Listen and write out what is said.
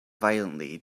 violently